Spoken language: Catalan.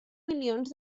milions